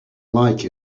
like